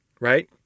Right